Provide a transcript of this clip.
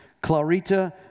Clarita